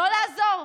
לא לעזור?